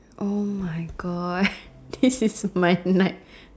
!oh-my-God! this is my night